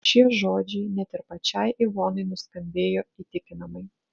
šie žodžiai net ir pačiai ivonai nuskambėjo įtikinamai